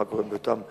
מה קורה באותם רגעים,